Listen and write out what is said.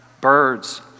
Birds